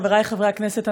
חברי חברי הכנסת,